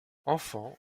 enfant